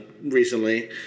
recently